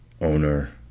owner